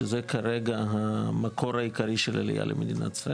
שזה כרגע המקור העיקרי של עלייה למדינת ישראל.